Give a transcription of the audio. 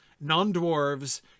non-dwarves